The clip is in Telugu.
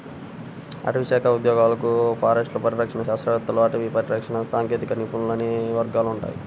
అటవీశాఖ ఉద్యోగాలలో ఫారెస్టర్లు, పరిరక్షణ శాస్త్రవేత్తలు, అటవీ పరిరక్షణ సాంకేతిక నిపుణులు అనే వర్గాలు ఉంటాయి